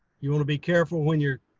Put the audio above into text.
you want to be careful when you're,